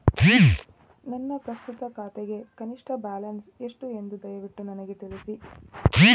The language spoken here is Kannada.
ನನ್ನ ಪ್ರಸ್ತುತ ಖಾತೆಗೆ ಕನಿಷ್ಟ ಬ್ಯಾಲೆನ್ಸ್ ಎಷ್ಟು ಎಂದು ದಯವಿಟ್ಟು ನನಗೆ ತಿಳಿಸಿ